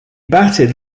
batted